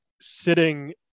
sitting